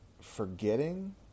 forgetting